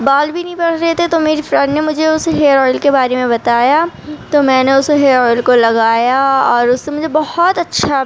بال بھی نہیں بڑھ رہے تھے تو میری فرینڈ نے مجھے اس ہیئر آئل کے بارے میں بتایا تو میں نے اس ہیئر آئل کو لگایا اور اس سے مجھے بہت اچّھا